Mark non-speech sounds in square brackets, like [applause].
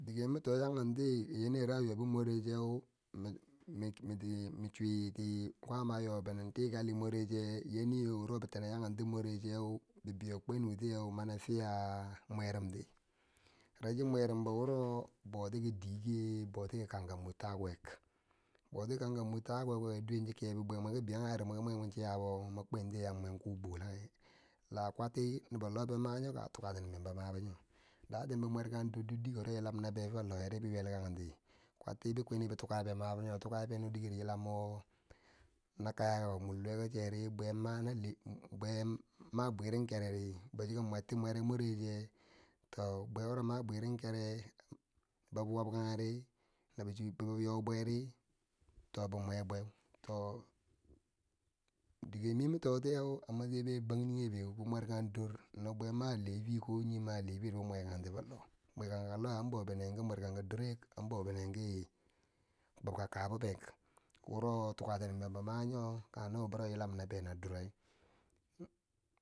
Dike mito yankenti ki yana yi rayuwa bi morecheu mik mik mi chwiti kwaama a yo benen tikali moreche, yanayi bitine yonkenti morecheu, bibeiyo kwenun tiyeu mani fiya mwerom ti, reshi mwerombo wuro bouti ki dike, bouti ki, kanka mor takuwek, bouti ki kanka mor ta kuwekeu, duwen chi ke bibwe mwe ki biyangeri mwoki mwel mwochi yabo, mwan kwentiye yam mwen kul bolonge, la kwatti nobbo lobe ma yoka tu ka tinen benbo mabo nyo, daten bi murkan dor duk dike wo yilan na befo loweri bi yelkanti, kwalti be kwenue tu kabe mabo nyo, tukabe no dike yilam wo na nkayaka morloweko cheri bwe mana la, bwe ma bwirim kerei, bo chiki morti mor morecheto bwe wuro ma bwirim kere, bobi wabkangeri nabi chu, bi yo bweri, to bi mwe bweu, to dike mi mimto tiyeu a masayi bei banjinge beu bi mwer kondor, no bwe ma lafi, ko nye ma lefiri bi mwekanti foloh mwe konkako loweu an bobinen ki nwer kanka duwekan bobinenki kuwobka fabobik wuro tukatinen benbo, ma nyo kange hobbo bero yilam na beu na direu. [noise]